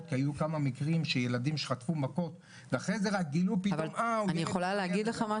שהיו כמה מקרים שילדים שחטפו מכות ואחרי זה רק גילו שזה ילד עם